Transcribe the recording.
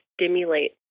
stimulate